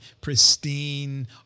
pristine